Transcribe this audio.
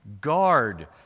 Guard